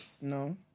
No